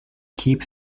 keep